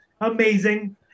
Amazing